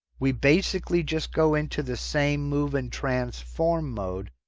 we basically just go into the same move and transform mode.